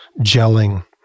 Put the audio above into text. gelling